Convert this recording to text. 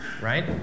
right